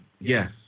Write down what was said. Yes